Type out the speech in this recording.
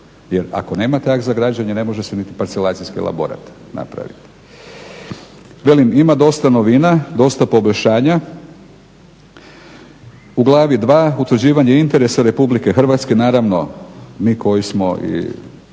Jer ako nemate akt za građenje ne može se niti parcelacijski laborat napraviti. Velim, ima dosta novina, dosta poboljšanja. U glavi 2., utvrđivanje interesa RH naravno mi koji smo